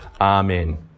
Amen